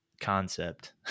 concept